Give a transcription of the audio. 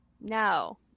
No